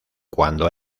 cuando